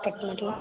cut ಮಾಡಲಾ